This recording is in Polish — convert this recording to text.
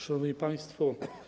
Szanowni Państwo!